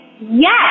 yes